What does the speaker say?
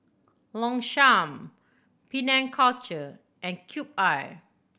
Longchamp Penang Culture and Cube I